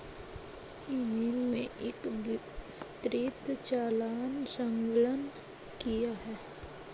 ई mail में एक विस्तृत चालान संलग्न किया है